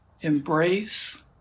embrace